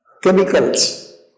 Chemicals